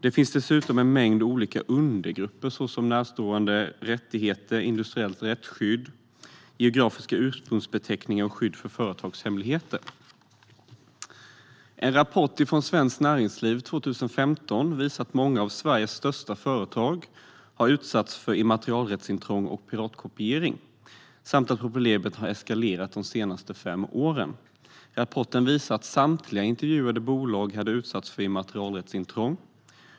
Det finns dessutom en mängd olika undergrupper såsom närstående rättigheter, industriellt rättsskydd, geografiska ursprungsbeteckningar och skydd för företagshemligheter. En rapport från Svenskt Näringsliv 2015 visar att många av Sveriges största företag har utsatts för immaterialrättsintrång och piratkopiering samt att problemet har eskalerat de senaste fem åren. Rapporten visar att alla intervjuade bolag hade utsatts för immaterialrättsintrång.